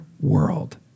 world